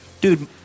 Dude